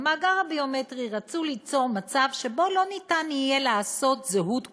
במאגר הביומטרי רצו ליצור מצב שלא יהיה אפשר ליצור זהות כפולה,